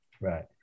Right